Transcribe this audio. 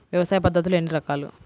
వ్యవసాయ పద్ధతులు ఎన్ని రకాలు?